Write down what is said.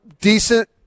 decent